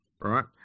right